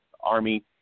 Army